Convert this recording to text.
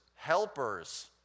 helpers